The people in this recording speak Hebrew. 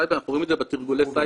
אתה רואה שוני בין בתי החולים?